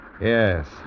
yes